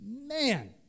Man